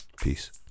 Peace